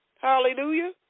Hallelujah